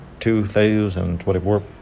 2024